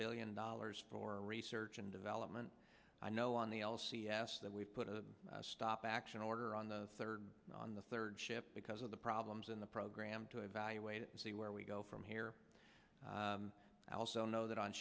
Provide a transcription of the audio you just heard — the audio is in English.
billion dollars for research and development i know on the l c s that we put a stop action order on the third on the third ship because of the problems in the program to evaluate and see where we go from here i also know that on